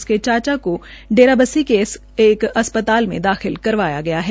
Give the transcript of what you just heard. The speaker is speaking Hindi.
उसके चाचा को डेराबस्सी के एक अस् ताल में दाखिल करवाया गया है